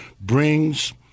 brings